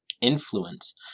influence